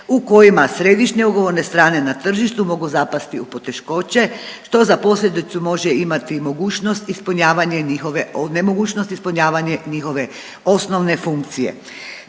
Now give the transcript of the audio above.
u kojima središnje ugovorne strane na tržištu mogu zapasti u poteškoće, što za posljedicu može imati i mogućnost ispunjavanje njihove, nemogućnost